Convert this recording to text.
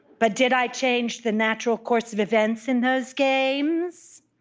but did i change the natural course of events in those games?